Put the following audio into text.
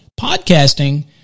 podcasting